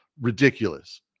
ridiculous